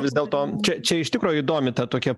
vis dėlto čia čia iš tikro įdomi ta tokia